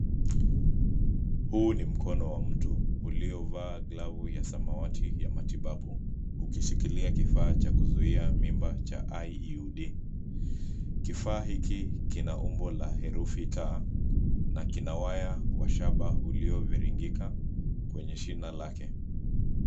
Huu ni mkono wa mtu uliovaa glavu ya samawati ya matibabu ukishikilia kifaa cha kuzuia mimba cha IUD . Kifaa hiki kina umbo la herufi T na kina waya wa shaba ulioviringika kwenye shina lake.